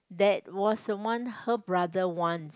that was one her brother wants